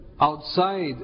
outside